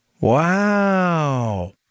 Wow